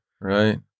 Right